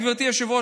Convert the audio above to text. גברתי היושבת-ראש,